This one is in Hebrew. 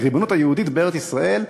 את הריבונות היהודית בארץ-ישראל,